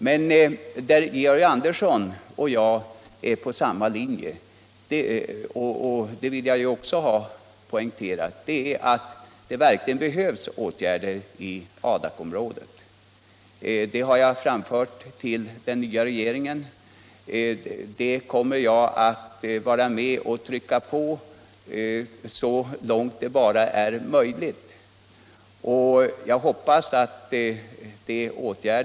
Men jag vill också poängtera att Georg Andersson och jag är på samma linje i en fråga: det behövs verkligen åtgärder i Adakområdet. Det har jag framfört till den nya regeringen, och det kommer jag att trycka på så långt det bara är möjligt.